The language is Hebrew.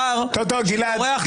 גלעד.